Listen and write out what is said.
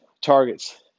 targets